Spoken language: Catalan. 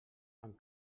amb